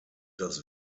das